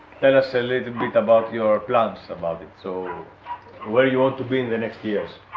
tell us a little bit about your plants about it. so where you want to be in the next years?